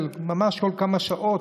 ממש כל כמה שעות,